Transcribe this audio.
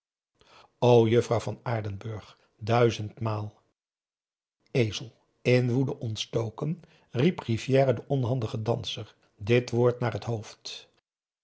juffrouw van aardenburg duizendmaal ezel in woede ontstoken wierp rivière den onhandigen danser dit woord naar het hoofd